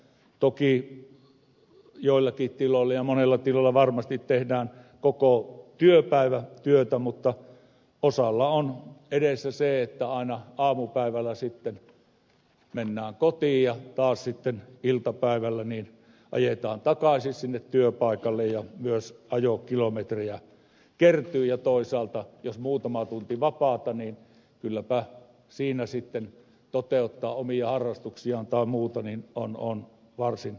toki joillakin tiloilla ja monella tilalla varmasti tehdään koko työpäivä työtä mutta osalla on edessä se että aina aamupäivällä sitten mennään kotiin ja taas sitten iltapäivällä ajetaan takaisin sinne työpaikalle ja myös ajokilometrejä kertyy ja toisaalta jos on muutama tunti vapaata niin kylläpä siinä sitten toteuttaa omia harrastuksiaan tai muuta on varsin hankalaa